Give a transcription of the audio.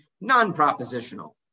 non-propositional